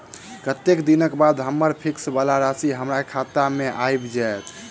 कत्तेक दिनक बाद हम्मर फिक्स वला राशि हमरा खाता मे आबि जैत?